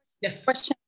Yes